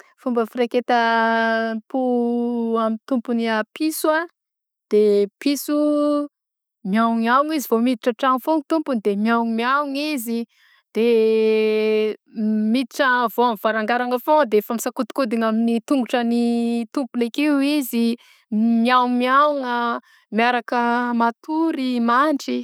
Fomba fireketam- po amin'ny piso de piso miaoaogn izy de vao miditra an-tragno foagna i tompony de miaoao izy de miditra avy ao varangarana foagna de efa misakodikodigna amin'ny tongotran'ny tompony akeo izy miaoaogna miaraka matory mandry.